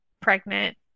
pregnant